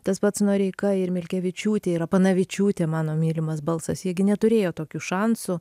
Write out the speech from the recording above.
tas pats noreika ir milkevičiūtė ir apanavičiūtė mano mylimas balsas jie gi neturėjo tokių šansų